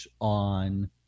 on